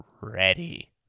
ready